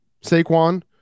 Saquon